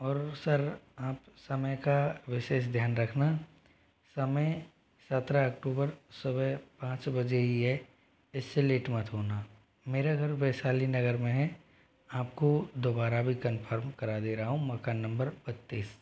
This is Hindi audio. और सर आप समय का विशेष ध्यान रखना समय सत्रह अक्टूबर सुबह पाँच बजे ही है इससे लेट मत होना मेरा घर वैशाली नगर में है आपको दोबारा भी कन्फर्म करा दे रहा हूँ मकान नंबर बत्तीस